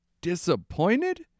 disappointed